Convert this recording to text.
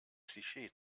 klischee